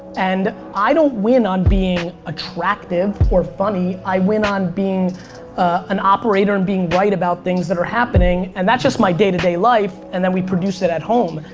and i don't win on being attractive or funny. i win on being an operator and being right about things that are happening, and that's just my day-to-day life, and then we produce it at home.